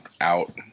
out